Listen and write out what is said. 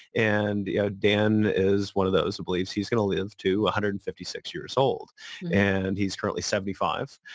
and dan is one of those who believes he's going to live to one hundred and fifty six years old and he's currently seventy five.